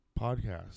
podcast